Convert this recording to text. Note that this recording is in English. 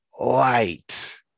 light